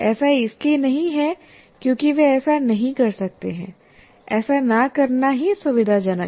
ऐसा इसलिए नहीं है क्योंकि वे ऐसा नहीं कर सकते ऐसा न करना ही सुविधाजनक है